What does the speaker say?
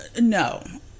No